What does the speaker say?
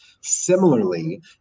similarly